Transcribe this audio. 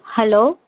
hello